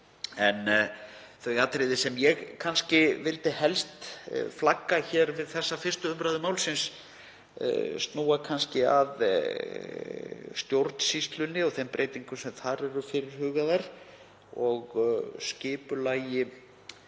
En þau atriði sem ég vildi helst flagga hér við 1. umr. málsins snúa að stjórnsýslunni og þeim breytingum sem þar eru fyrirhugaðar og skipulagi